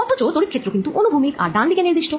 অথচ তড়িৎ ক্ষেত্র কিন্তু অনুভূমিক আর ডান দিকে নির্দিষ্ট